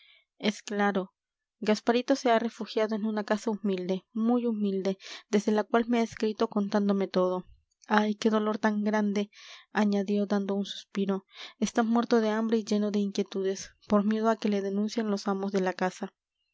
es claro gasparito se ha refugiado en una casa humilde muy humilde desde la cual me ha escrito contándome todo ay qué dolor tan grande añadió dando un suspiro está muerto de hambre y lleno de inquietudes por miedo a que le denuncien los amos de la casa